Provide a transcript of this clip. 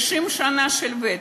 50 שנה של ותק.